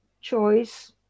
choice